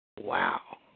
Wow